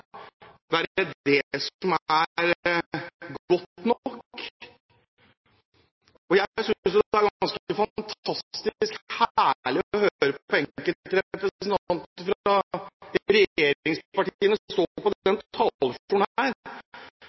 som er godt nok. Jeg synes det er ganske fantastisk herlig å høre enkelte representanter fra regjeringspartiene stå på denne talerstolen og si at de er